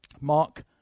Mark